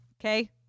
Okay